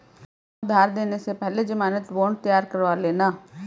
तुम उधार देने से पहले ज़मानत बॉन्ड तैयार करवा लेना